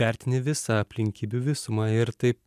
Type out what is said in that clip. vertini visą aplinkybių visumą ir taip